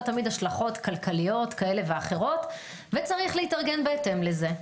תמיד השלכות כלכליות כאלה ואחרות ויש להתארגן בהתאם לזה.